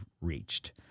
reached